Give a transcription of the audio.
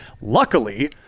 Luckily